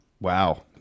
Wow